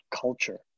culture